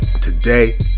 today